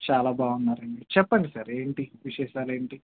చాలా బాగున్నారండి చెప్పండి సార్ ఏంటి విశేషాలు ఏంటి